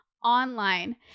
online